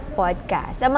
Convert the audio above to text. podcast